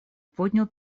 поднял